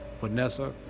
Vanessa